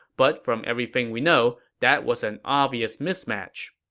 but from everything we know, that was an obvious mismatch.